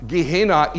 Gehenna